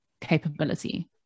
capability